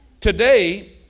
Today